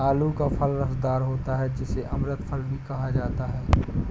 आलू का फल रसदार होता है जिसे अमृत फल भी कहा जाता है